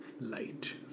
light